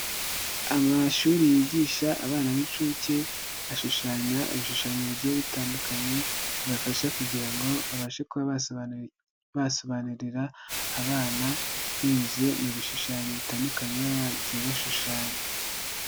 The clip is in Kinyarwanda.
Amashuri yigisha abana b'inshuke ashushanya ibishushanyo bigiye bitandukanye bibafasha kugira ngo babashe kuba basobanurira abana binyuze mu bishushanyo bitandukanye baba bagiye bashushanya.